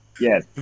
Yes